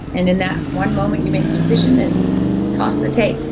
and in that one moment you make a decision and toss the tape,